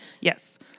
Yes